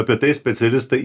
apie tai specialistai